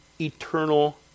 eternal